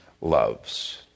loves